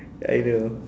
I know